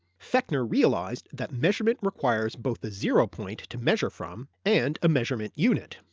fechner realised that measurement requires both a zero point to measure from and a measurement unit.